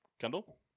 Kendall